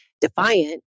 defiant